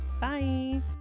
Bye